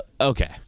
Okay